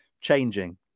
changing